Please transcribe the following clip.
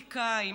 פוליטיקאים,